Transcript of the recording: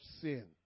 sin